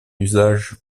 usage